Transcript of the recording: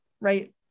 right